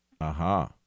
Aha